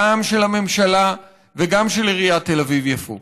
גם של הממשלה וגם של עיריית תל אביב-יפו.